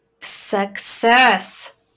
Success